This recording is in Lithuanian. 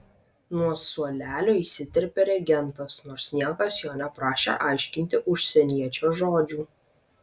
nuo suolelio įsiterpė regentas nors niekas jo neprašė aiškinti užsieniečio žodžių